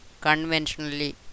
conventionally